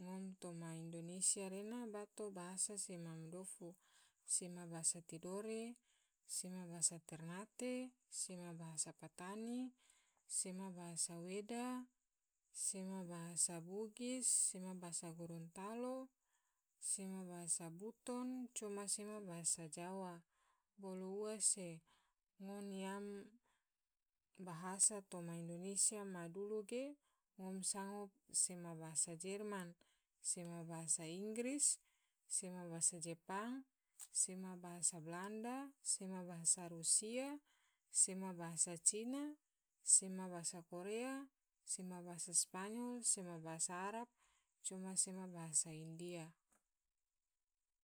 ngom toma indonesia rena bato bahasa sema ma dofu, sema bahasa tidore, se bahasa ternate, sema bahasa patani, sema bahasa weda, sema bahasa bugis, sema bahasa gorontalo, sema bahasa buton, coma sema bahasa jawa, bolo ua se ngone yam bahasa toma indonesia madulu ge ngom sango sema bahasa jerman, sema bahasa inggris, sema bahasa jepang, sema bahasa balanda, sema bahasa rusia, sema bahasa cina, sema bahasa korea, se bahasa spanyol, sema bahasa arab, coma sema bahasa india.